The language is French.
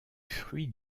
fruits